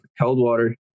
Coldwater